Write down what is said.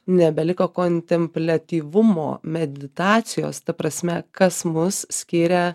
nebeliko kontempliatyvumo meditacijos ta prasme kas mus skiria